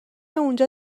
اونجا